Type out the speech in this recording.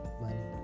money